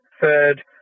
third